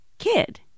kid